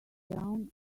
down